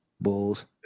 Bulls